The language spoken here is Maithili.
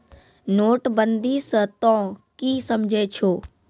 नोटबंदी स तों की समझै छौ